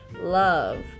love